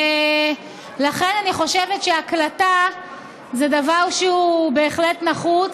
ולכן, אני חושבת שהקלטה זה דבר שהוא בהחלט נחוץ.